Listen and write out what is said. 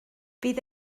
fydd